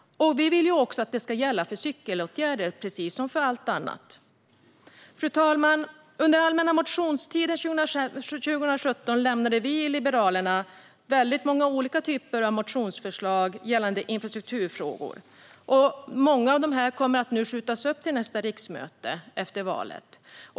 Vi vill också att detta ska gälla för cykelåtgärder precis som för allt annat. Fru talman! Under allmänna motionstiden 2017 lämnade vi i Liberalerna många olika typer av motionsförslag gällande infrastrukturfrågor. Många av dessa kommer nu att skjutas upp till nästa riksmöte, efter valet.